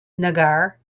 nagar